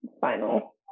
final